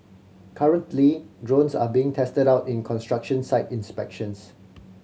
currently drones are being tested out in construction site inspections